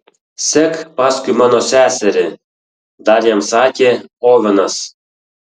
sek paskui mano seserį dar jam sakė ovenas